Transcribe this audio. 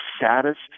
saddest